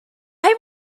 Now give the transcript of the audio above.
would